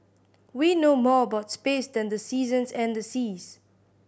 we know more about space than the seasons and the seas